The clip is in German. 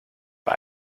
bei